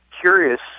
curious